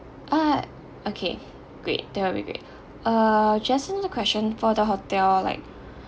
ah okay great that will be great uh just another question for the hotel like